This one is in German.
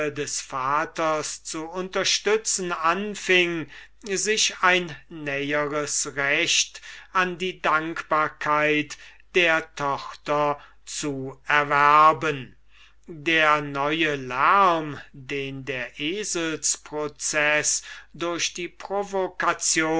des vaters zu unterstützen anfing sich ein näheres recht an die dankbarkeit der tochter zu erwerben der neue lärm den der eselsproceß durch die